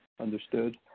Understood